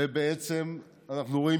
ובעצם אנחנו רואים